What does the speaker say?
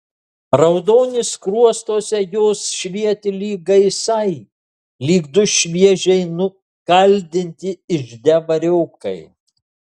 raudonis skruostuose jos švietė lyg gaisai lyg du šviežiai nukaldinti ižde variokai